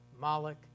Moloch